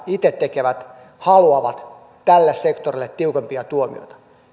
itse tekevät haluavat tälle sektorille tiukempia tuomioita